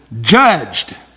judged